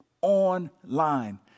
online